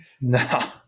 No